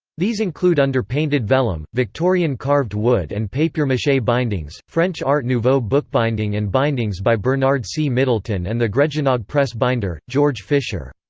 these include under-painted vellum, victorian carved wood and papier-mache bindings, french art nouveau bookbinding and bindings by bernard c. middleton and the gregynog press binder, george fisher.